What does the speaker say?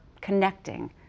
connecting